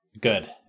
Good